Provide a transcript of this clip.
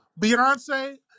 Beyonce